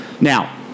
Now